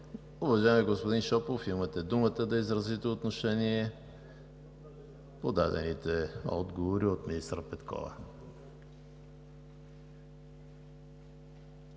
Уважаеми господин Шопов, имате думата да изразите отношение по дадените отговори от министър Петкова.